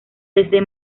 desde